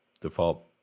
default